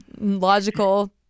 logical